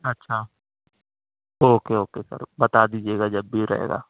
اچھا okay okay sir بتا دجیے گا جب بھی رہے گا